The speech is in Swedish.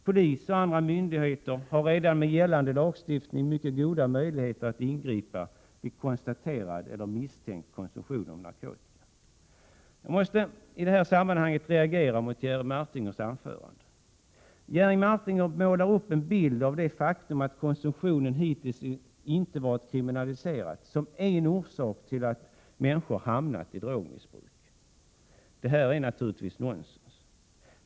Polis och andra myndigheter har redan med gällande lagstiftning mycket goda möjligheter att ingripa vid konstaterad eller misstänkt konsumtion av narkotika. Jag måste i detta sammanhang reagera mot Jerry Martingers anförande. Han målar upp en bild, där han framhåller det faktum att konsumtionen hittills inte har varit kriminaliserad såsom en orsak till att människor hamnat i drogmissbruk. Detta är naturligtvis nonsens!